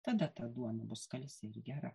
tada ta duona bus skalsi ir gera